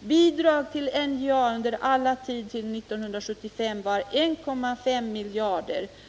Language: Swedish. och bidragen till NJA var fram till 1975 endast 1,5 miljarder kronor.